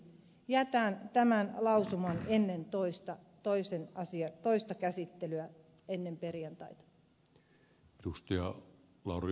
jätän tämän lausuman ennen toista käsittelyä ennen perjantaita